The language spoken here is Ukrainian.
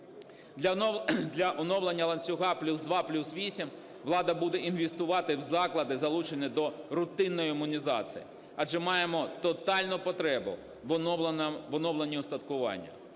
Для оновлення ланцюга "плюс 2 – плюс 8" влада буде інвестувати в заклади, залучені до рутинної імунізації, адже маємо тотальну потребу в оновленні устаткування.